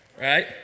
right